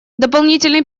дополнительный